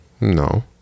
no